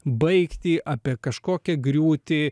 baigtį apie kažkokią griūtį